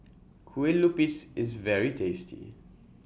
Kueh Lupis IS very tasty